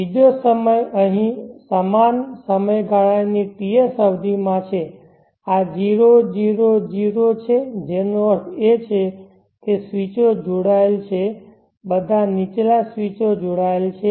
બીજો સમય અહીં સમાન સમયગાળાની TS અવધિ માં છે આ 0 0 0 છે જેનો અર્થ છે કે સ્વીચો જોડાયેલ છે બધા નીચલા સ્વીચો જોડાયેલા છે